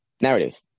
narrative